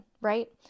right